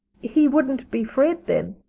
he wouldn't be fred then.